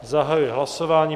Zahajuji hlasování.